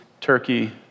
Turkey